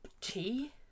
tea